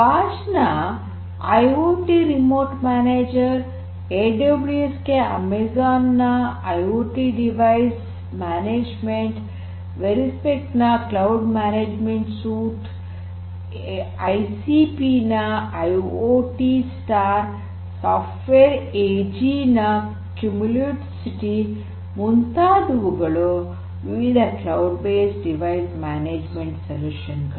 Bosch ನ IoT remote manager A W S ಗೆ Amazon ನ ಐಓಟಿ ಸಾಧನ ನಿರ್ವಹಣೆ ವೆರಿಸ್ಮಿಕ್ ನ ಕ್ಲೌಡ್ ಮ್ಯಾನೇಜ್ಮೆಂಟ್ ಸೂಟ್ ಐಸಿಪಿ ನ ಐಓಟಿ ಸ್ಟಾರ್ ಸಾಫ್ಟ್ವೇರ್ ಎಜಿ ನ ಕ್ಯುಮುಲೋಸಿಟಿ ಮುಂತಾದವುಗಳು ವಿವಿಧ ಕ್ಲೌಡ್ ಬೇಸ್ಡ್ ಡಿವೈಸ್ ಮ್ಯಾನೇಜ್ಮೆಂಟ್ ಪರಿಹಾರಗಳು